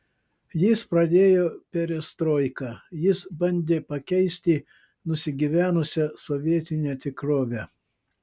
jis pradėjo perestroiką jis bandė pakeisti nusigyvenusią sovietinę tikrovę